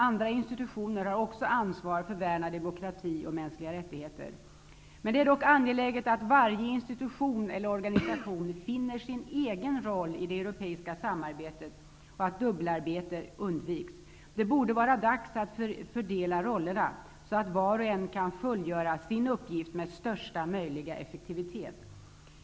Andra institutioner har också ansvar för värn av demokrati och mänskliga rättigheter Det är dock angeläget att varje institution eller organisation finner sin egen roll i det europeiska samarbetet och att dubbelarbete undviks. Det borde vara dags att fördela rollerna så att var och en kan fullgöra sin uppgift med största möjliga effektivitet.